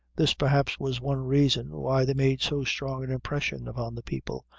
this perhaps was one reason why they made so strong an impression upon the people,